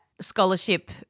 scholarship